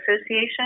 Association